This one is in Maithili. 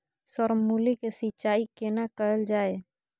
सर मूली के सिंचाई केना कैल जाए?